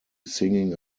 singing